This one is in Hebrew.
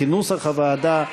כנוסח הוועדה,